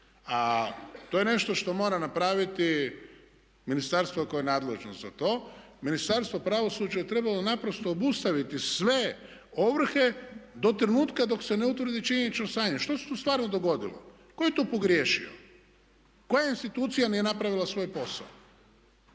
A to je nešto što mora napraviti ministarstvo koje je nadležno za to. Ministarstvo pravosuđa je trebalo naprosto obustaviti sve ovrhe do trenutka dok se ne utvrdi činjenično stanje. Jer što se tu stvarno dogodilo, tko je tu pogriješio? Koja institucija nije napravila svoj posao?